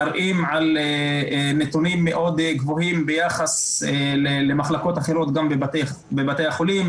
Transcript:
מראים על נתונים מאוד גבוהים ביחס למחלקות אחרות גם בבתי החולים,